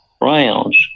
rounds